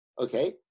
okay